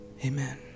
amen